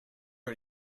are